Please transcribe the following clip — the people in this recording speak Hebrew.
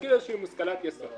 להזכיר איזושהי מושכלת יסוד.